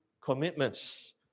commitments